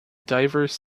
diverse